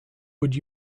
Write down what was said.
would